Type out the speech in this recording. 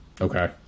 okay